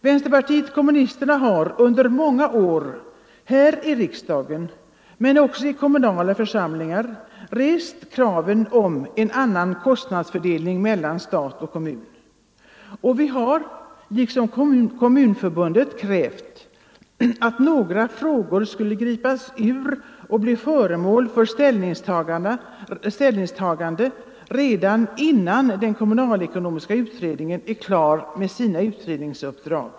Vänsterpartiet kommunisterna har under många år här i riksdagen men också i kommunala församlingar rest krav på en annan kostnadsfördelning mellan stat och kommun. Och vi har liksom Kommunförbundet krävt att några frågor skulle lyftas ut och bli föremål för ställningstaganden redan innan den kommunalekonomiska utredningen är klar med sina utredningsuppdrag.